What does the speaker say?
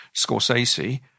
Scorsese